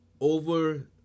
over